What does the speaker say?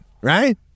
right